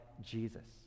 Jesus